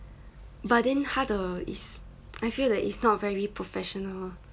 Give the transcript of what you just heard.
but then 他的 is I feel like it's not very professional